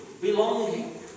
Belonging